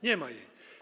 Nie ma jej.